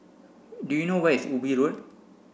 do you know where is Ubi Road